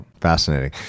Fascinating